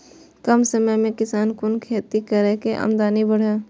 कम समय में किसान कुन खैती करै की आमदनी बढ़े?